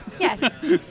Yes